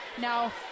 Now